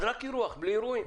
אז רק אירוח ובלי אירועים.